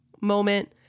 moment